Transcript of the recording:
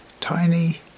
Tiny